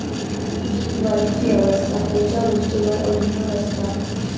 पीक वाढीची अवस्था खयच्या गोष्टींवर अवलंबून असता?